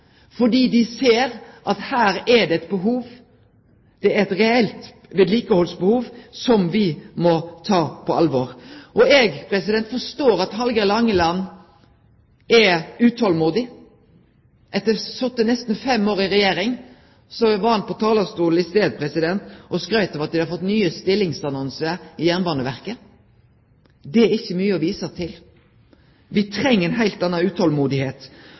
fordi dei ser at her er det eit behov. Det er eit reelt vedlikehaldsbehov som me må ta på alvor. Eg forstår at Hallgeir H. Langeland er utolmodig. Etter å ha sete nesten fem år i regjering var han på talarstolen i stad og skrytte av at dei har fått nye stillingsannonsar i Jernbaneverket. Det er ikkje mykje å vise til. Me treng eit heilt anna